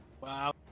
Wow